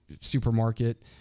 supermarket